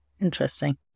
Interesting